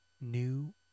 new